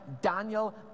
Daniel